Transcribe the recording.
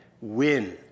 WIN